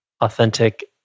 authentic